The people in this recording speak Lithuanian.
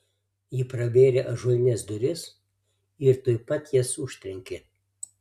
ji pravėrė ąžuolines duris ir tuojau pat jas užtrenkė